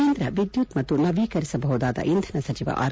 ಕೇಂದ್ರ ವಿದ್ಯುತ್ ಮತ್ತು ನವೀಕರಿಸಬಹುದಾದ ಇಂಧನ ಸಚಿವ ಆರ್